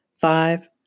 Five